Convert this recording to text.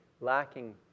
lacking